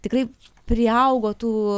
tikrai priaugo tų